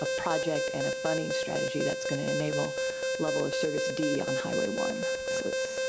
a project and a funding strategy that's gonna enable level of service d on highway one. so well,